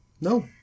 No